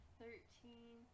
thirteen